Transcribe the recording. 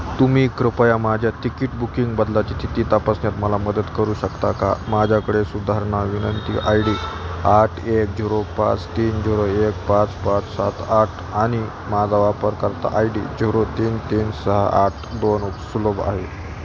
तुम्ही कृपया माझ्या तिकीट बुकिंग बदलाची स्थिती तपासण्यात मला मदत करू शकता का माझ्याकडे सुधारणा विनंती आय डी आठ एक झुरो पाच तीन झुरो एक पाच पाच सात आठ आणि माझा वापरकर्ता आय डी झुरो तीन तीन सहा आठ दोन उपसुलभ आहे